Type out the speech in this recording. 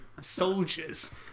soldiers